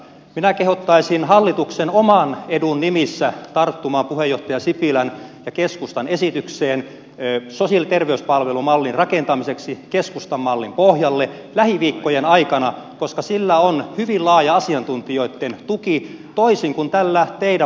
minä kehottaisin hallituksen oman edun nimissä tarttumaan puheenjohtaja sipilän ja keskustan esitykseen sosiaali ja terveyspalvelumallin rakentamiseksi keskustan mallin pohjalle lähiviikkojen aikana koska sillä on hyvin laaja asiantuntijoitten tuki toisin kuin tällä teidän mallillanne